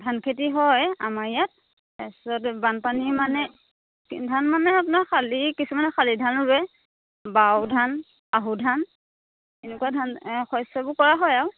ধান খেতি হয় আমাৰ ইয়াত তাৰ পিছত বানপানী মানে কি ধান মানে আপোনাৰ শালি কিছুমানে শালি ধান ৰোৱে বাও ধান আহু ধান এনেকুৱা ধান শস্যবোৰ কৰা হয় আৰু